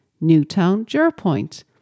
Newtown-Jerpoint